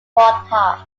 broadcast